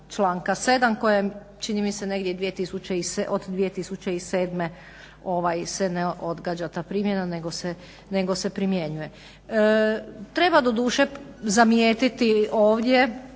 članka 7 kojem čini mi se negdje od 2007.se ne odgađa te primjena nego se primjenjuje. Treba doduše zamijetiti ovdje